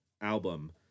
album